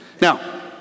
Now